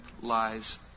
lies